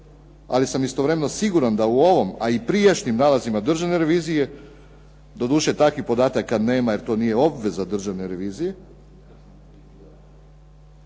ali sam istovremeno siguran da u ovom, a i prijašnjim nalazima Državne revizije, doduše takvih podataka nema jer to nije obveza Državne revizije,